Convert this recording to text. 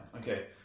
okay